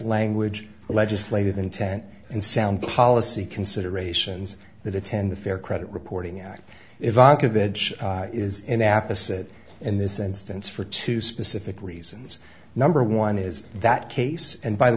language legislative intent and sound policy considerations that attend the fair credit reporting act evocative edge is in apis it in this instance for two specific reasons number one is that case and by the